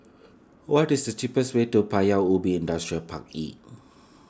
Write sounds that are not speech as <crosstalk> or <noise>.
what is the cheapest way to Paya Ubi Industrial Park E <noise>